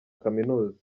kaminuza